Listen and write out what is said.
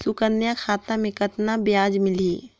सुकन्या खाता मे कतना ब्याज मिलही?